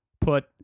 put